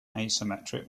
asymmetric